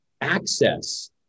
access